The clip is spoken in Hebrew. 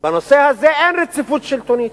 בנושא הזה אין רציפות שלטונית,